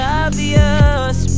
obvious